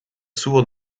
sourd